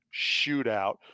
shootout